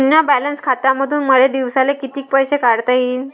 शुन्य बॅलन्स खात्यामंधून मले दिवसाले कितीक पैसे काढता येईन?